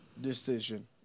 decision